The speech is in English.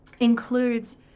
includes